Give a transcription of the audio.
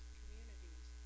communities